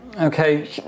Okay